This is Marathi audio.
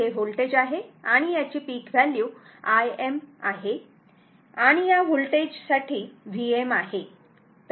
हे व्होल्टेज आहे आणि याची पिक व्हॅल्यू Im आहे आणि या व्होल्टेज साठी Vm आहे